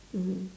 mm